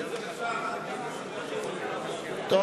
טוב.